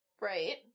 Right